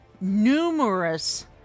numerous